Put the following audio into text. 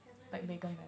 haven't really tried